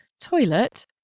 toilet